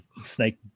snake